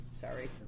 Sorry